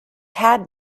had